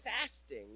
fasting